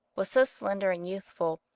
was so slender and youthful,